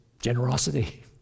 generosity